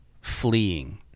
fleeing